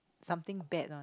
something bad one